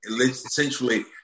Essentially